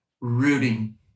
rooting